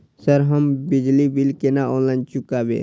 Sir हमू बिजली bill केना ऑनलाईन चुकेबे?